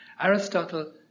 Aristotle